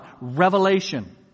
revelation